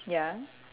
ya